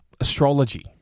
astrology